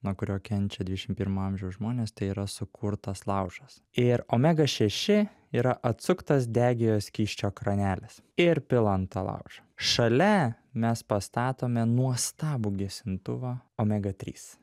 nuo kurio kenčia dvidešimt pirmo amžiaus žmonės tai yra sukurtas laužas ir omega šeši yra atsuktas degiojo skysčio kranelis ir pila ant to laužo šalia mes pastatome nuostabų gesintuvą omega trys